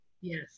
yes